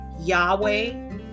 Yahweh